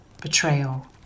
betrayal